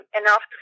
enough